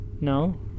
No